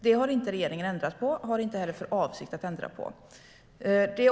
Regeringen har inte ändrat på det och har inte heller för avsikt att ändra på det.